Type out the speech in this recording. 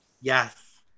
Yes